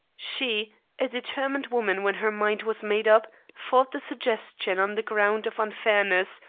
she a determined woman when her mind was made up fought the suggestion on the ground of unfairness,